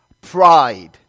Pride